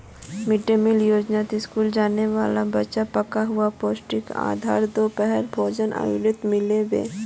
mid day meal योजनात school जाने वाला बच्चाक पका हुआ पौष्टिक आहार दोपहरेर भोजनेर वक़्तत मिल बे